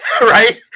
Right